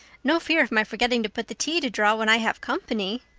no fear of my forgetting to put the tea to draw when i have company.